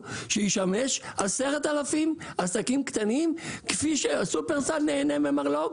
שישמש 10,000 עסקים קטנים כפי ששופרסל נהנה ממרלו"ג,